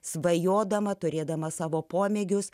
svajodama turėdama savo pomėgius